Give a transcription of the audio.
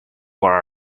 were